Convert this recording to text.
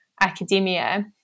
academia